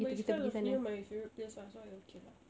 but it's kind of near by favourite place ah so I okay lah